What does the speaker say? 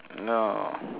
no